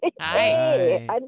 Hi